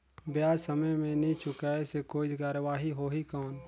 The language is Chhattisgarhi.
ब्याज समय मे नी चुकाय से कोई कार्रवाही होही कौन?